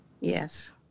Yes